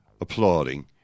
applauding